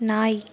நாய்